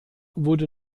wurde